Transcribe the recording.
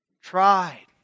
tried